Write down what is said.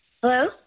Hello